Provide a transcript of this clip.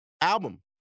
album